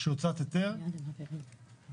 הוצאת היתר הן אדירות